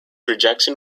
rejection